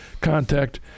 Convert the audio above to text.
contact